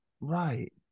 Right